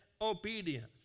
obedience